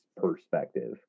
perspective